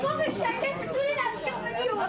שבו בשקט ותנו לי להמשיך בדיון.